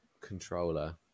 controller